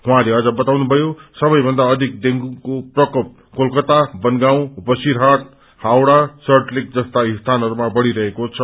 उहाँले अझ बताउनभयो सबैभन्दा अधिक डेंगूको प्रकोप कोलकाता बनगाँव बसिरहाट हावड़ा सल्ट लेक जस्ता स्थानहरूमा बढ़िरहेको छ